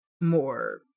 more